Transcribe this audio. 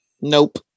Nope